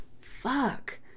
fuck